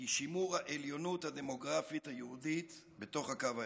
היא שימור העליונות הדמוגרפית היהודית בתוך הקו הירוק.